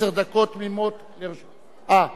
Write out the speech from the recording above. עשר תמימות דקות, אה,